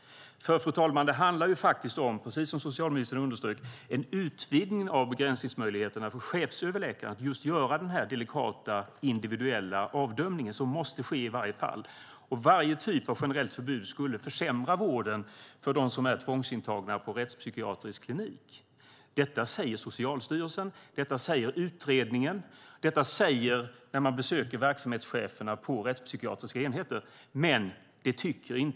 Precis som socialministern underströk handlar det nämligen om, fru talman, en utvidgning av begränsningsmöjligheterna för chefsöverläkaren att just göra den här delikata, individuella avdömningen som måste ske i varje fall. Varje typ av generellt förbud skulle försämra vården för dem som är tvångsintagna på rättspsykiatrisk klinik. Detta säger Socialstyrelsen, detta säger utredningen, detta säger verksamhetscheferna på rättspsykiatriska enheter när man besöker dem.